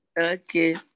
Okay